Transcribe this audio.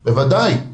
בוודאי.